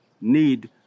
need